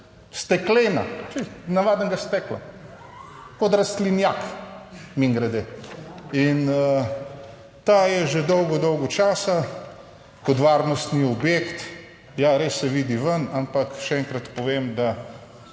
steklena, navadnega stekla kot rastlinjak, mimogrede in ta je že dolgo dolgo časa kot varnostni objekt. Ja, res se vidi ven, ampak še enkrat povem, da